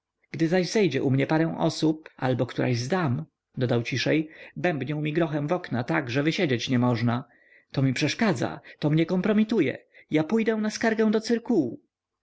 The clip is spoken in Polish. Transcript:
zaś zejdzie u mnie parę osób albo któraś z dam dodał ciszej bębnią mi grochem w okna tak że wysiedzieć niemożna to mi przeszkadza to mnie kompromituje ja pójdę na skargę do cyrkułu